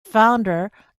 founder